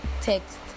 text